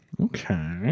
Okay